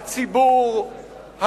הציבור,